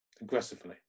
aggressively